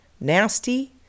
nasty